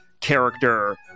character